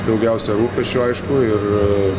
daugiausia rūpesčių aišku ir